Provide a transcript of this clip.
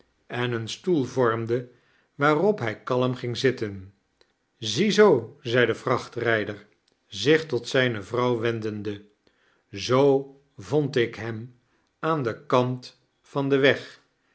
en een stoel vormde waarop hij kalm ging zitten zieaoo zei de vrachtrijder zich tot zijne vrouw wendende zoo vond ik hem aan den kant van den weg